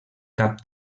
cap